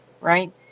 right